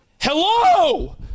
hello